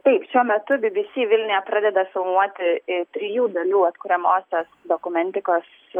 taip šiuo metu by by sy vilniuje pradeda filmuoti trijų dalių atkuriamosios dokumentikos